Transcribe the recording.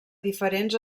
diferents